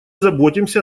заботимся